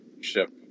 ship